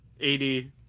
80